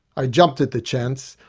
i jumped at the chance,